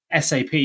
SAP